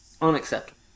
Unacceptable